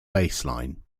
baseline